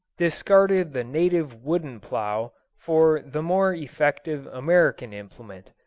discarded the native wooden plough for the more effective american implement.